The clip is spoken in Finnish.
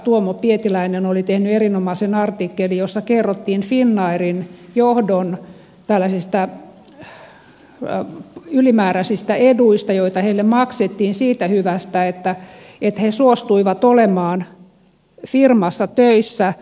tuomo pietiläinen oli tehnyt erinomaisen artikkelin jossa kerrottiin finnairin johdon ylimääräisistä eduista joita heille maksettiin siitä hyvästä että he suostuivat olemaan firmassa töissä